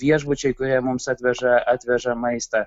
viešbučiai kurie mums atveža atveža maistą